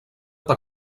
per